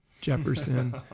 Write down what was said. Jefferson